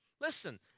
Listen